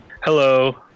Hello